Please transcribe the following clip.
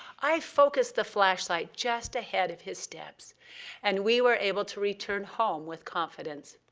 i focused the flashlight just ahead of his steps and we were able to return home with confidence.